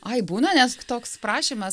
ai būna net toks prašymas